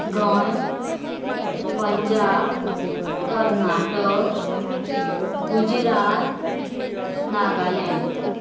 Goa Punjab Karnataka Gujarat Nagaland